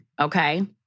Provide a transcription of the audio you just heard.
okay